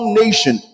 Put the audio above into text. nation